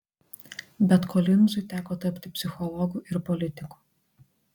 bet kolinzui teko tapti psichologu ir politiku